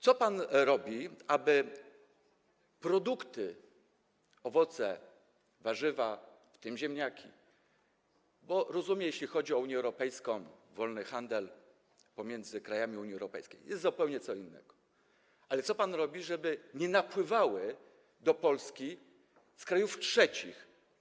Co pan robi, aby produkty: owoce, warzywa, w tym ziemniaki - bo rozumiem, że jeśli chodzi o Unię Europejską, wolny handel pomiędzy krajami Unii Europejskiej, to jest zupełnie co innego - nie napływały do Polski z krajów trzecich?